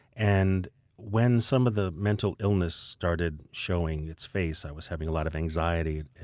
and when some of the mental illness started showing its face, i was having a lot of anxiety.